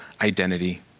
identity